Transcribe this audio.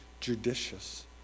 judicious